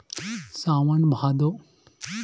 सावन भादो